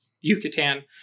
Yucatan